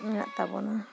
ᱢᱮᱱᱟᱜ ᱛᱟᱵᱚᱱᱟ